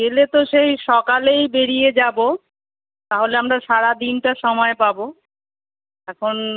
গেলে তো সেই সকালেই বেরিয়ে যাবো তাহলে আমরা সারা দিনটা সময় পাবো এখন